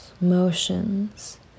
motions